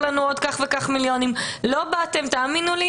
תאמינו לי,